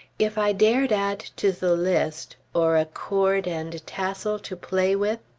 if i dared add to the list, or a cord and tassel to play with!